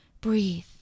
Breathe